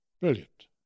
Brilliant